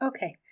Okay